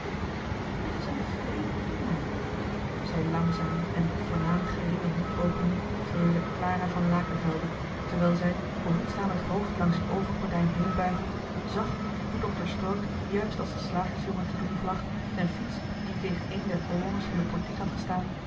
het is een vréémde man zei langzaam en met voornaam geringe mondopening freule clara van lakervelde terwijl zij behoedzaam het hoofd langs het overgordijn heenbuigend zag hoe dokter stork juist als de slagersjongen te doen placht zijn fiets die tegen een der colonnes van de portiek had gestaan